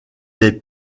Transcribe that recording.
les